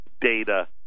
data